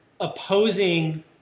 opposing